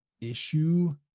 issue